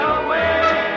away